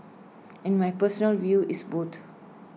and my personal view is boat